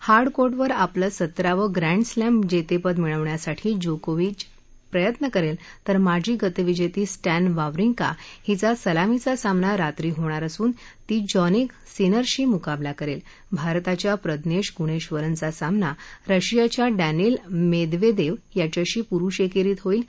hard कोर्टवर आपलं सत्तरावं प्रँडस्लाजत्तावे मिळवण्यासाठी जोकोविक प्रयत्न करल् तर माजी गतविजती स्टर्तवावरिंका हिचा सलामीचा सामना रात्री होणार असून ती जन्मिक सिनरशी मुकाबला करद्व भारताच्या प्रज्ञधीगुणधरनचा सामना रशियाच्या डर्मिल मद्विद्वी याच्याशी पुरुष एक्रीत होईल